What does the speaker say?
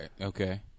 Okay